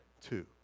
two